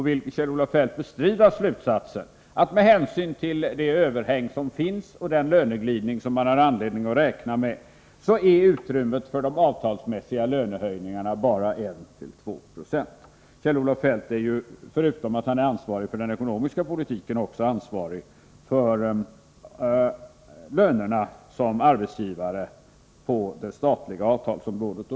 Vill Kjell-Olof Feldt bestrida slutsatsen att med hänsyn till det överhäng som finns och den löneglidning som man har anledning att räkna med utrymmet för avtalsmässiga lönehöjningar är bara 1-2 96. Förutom att Kjell-Olof Feldt är ansvarig för den ekonomiska politiken är han ansvarig också för lönerna såsom arbetsgivare på det statliga avtalsområdet.